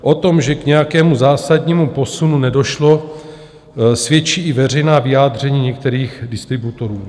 O tom, že k nějakému zásadnímu posunu nedošlo, svědčí i veřejná vyjádření některých distributorů.